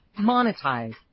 monetize